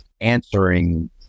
answering